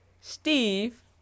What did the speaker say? steve